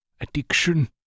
addiction